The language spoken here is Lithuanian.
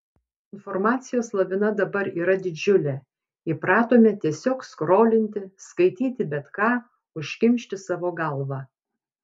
informacijos lavina dabar yra didžiulė įpratome tiesiog skrolinti skaityti bet ką užkimšti savo galvą